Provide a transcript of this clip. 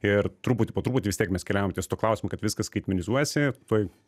ir truputį po truputį vis tiek mes keliaujam ties tuo klausimu kad viskas skaitmenizuojasi tuoj